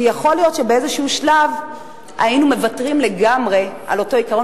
כי יכול להיות שבאיזה שלב היינו מוותרים לגמרי על אותו עיקרון